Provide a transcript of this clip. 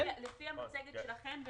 לפי המצגת שלכם: